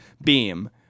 beam